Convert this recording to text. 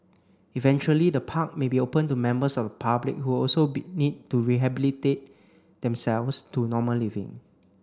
eventually the park may be open to members of the public who also need to rehabilitate themselves to normal living